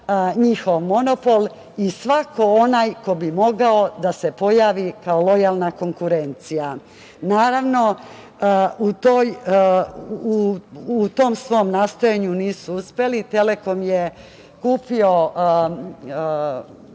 njihov monopol i svako onaj ko bi mogao da se pojavi kao lojalna konkurencija. U tom svom nastojanju nisu uspeli, Telekom je postao